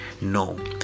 No